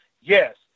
yes